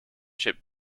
chip